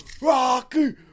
Rocky